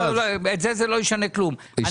בזה זה לא ישנה כלום.